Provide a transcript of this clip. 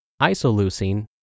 isoleucine